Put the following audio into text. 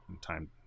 time